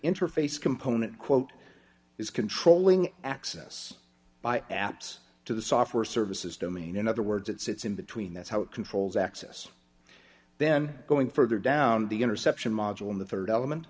interface component quote is controlling access by apps to the software services domain in other words it sits in between that's how it controls access then going further down the interception module in the rd element